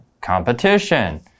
competition